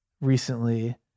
recently